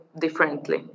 differently